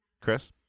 Chris